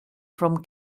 from